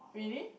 really